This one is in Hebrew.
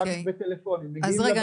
אחר כך טלפונים --- אז רגע,